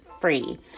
Free